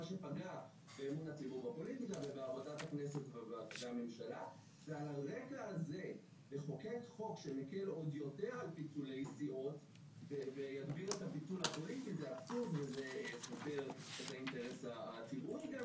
מה